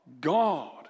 God